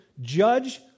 judge